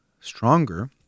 stronger